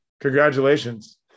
Congratulations